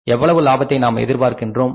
எவ்வளவு லாபத்தை நாம் எதிர்பார்க்கின்றோம்